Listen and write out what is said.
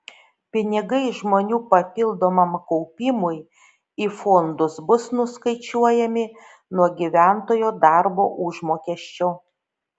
pinigai žmonių papildomam kaupimui į fondus bus nuskaičiuojami nuo gyventojo darbo užmokesčio